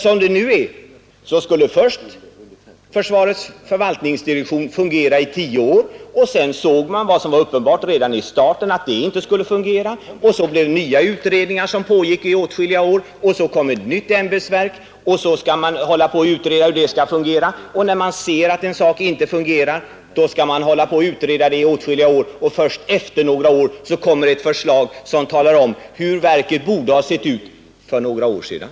Som det nu är skulle först försvarets förvaltningsdirektion fungera i tio år. Sedan såg man vad som var uppenbart redan i starten, nämligen att detta inte skulle fungera, och så blev det nya utredningar som pågick i åtskilliga år. Därefter kom ett nytt ämbetsverk till stånd, och så skall man hålla på och utreda hur det skall fungera. När man ser att en sak inte fungerar skall man alltså hålla på och utreda det i åtskilliga år, och först efter några år kommer ett förslag som talar om hur verket borde ha sett ut — för några år sedan!